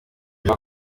jean